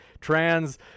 trans